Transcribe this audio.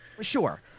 Sure